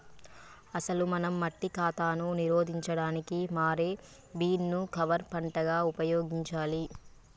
అసలు మనం మట్టి కాతాను నిరోధించడానికి మారే బీన్ ను కవర్ పంటగా ఉపయోగించాలి